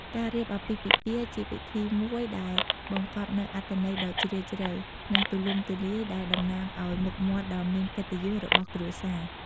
ការរៀបអាពាហ៍ពិពាហ៍ ជាពិធីមួយដែលបង្កប់នូវអត្ថន័យដ៏ជ្រាលជ្រៅ និងទូលំទូលាយដែលតំណាងឲ្យមុខមាត់ដ៏មានកិត្តិយសរបស់គ្រួសារ។